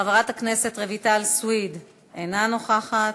חברת הכנסת רויטל סויד, אינה נוכחת.